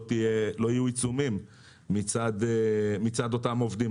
אז לא יהיו עיצומים מצד אותם עובדים.